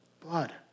blood